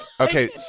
Okay